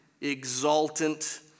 exultant